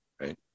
Right